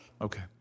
Okay